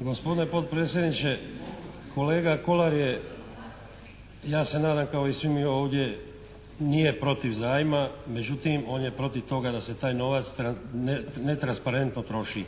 Gospodine potpredsjedniče, kolega Kolar je, ja se nadam kao i svi mi ovdje, nije protiv zajma, međutim on je protiv toga da se taj novac netransparentno troši.